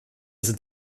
sind